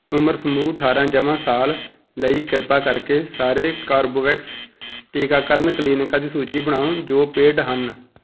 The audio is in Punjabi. ਉਮਰ ਸਮੂਹ ਅਠਾਰਾਂ ਜਮ੍ਹਾਂ ਸਾਲ ਲਈ ਕਿਰਪਾ ਕਰਕੇ ਸਾਰੇ ਕਾਰਬੇਵੈਕਸ ਟੀਕਾਕਰਨ ਕਲੀਨਿਕਾਂ ਦੀ ਸੂਚੀ ਬਣਾਓ ਜੋ ਪੇਡ ਹਨ